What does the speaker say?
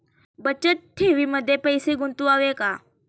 बचत ठेवीमध्ये पैसे गुंतवावे का?